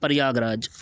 Prayag Raj